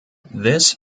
this